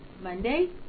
Monday